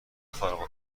فارغ